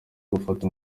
gufata